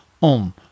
on